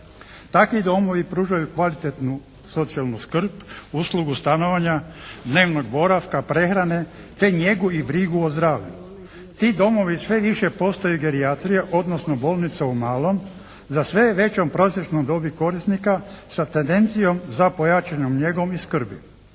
Takvi domovi pružaju kvalitetnu socijalnu skrb, uslugu stanovanja, dnevnog boravka, prehrane te njegu i brigu o zdravlju. Ti domovi sve više postaju gerijatrija odnosno bolnica u malom, sa sve većom prosječnom dobi korisnika sa tendencijom za pojačanom njegom i skrbi.